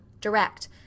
direct